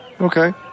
Okay